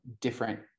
different